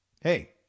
hey